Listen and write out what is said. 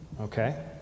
okay